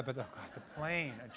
but the plane.